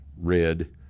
red